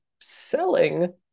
selling